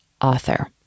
author